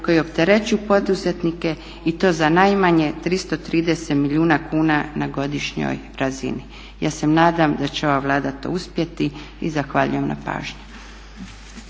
koji opterećuju poduzetnike i to za najmanje 330 milijuna kuna na godišnjoj razini. Ja se nadam da će ova Vlada to uspjeti i zahvaljujem na pažnji.